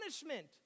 punishment